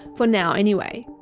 for now anyway.